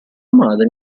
madre